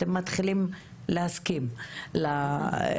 אתם מתחילים להסכים או להתנגד להפרדה.